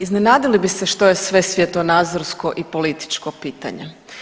Iznenadili bi se što je sve svjetonazorsko i političko pitanje.